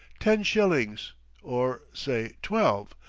ten shillings or say twelve,